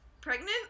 pregnant